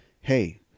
Hey